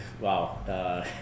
wow